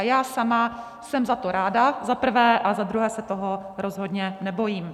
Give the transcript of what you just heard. Já sama jsem za to ráda, to za prvé, a za druhé se toho rozhodně nebojím.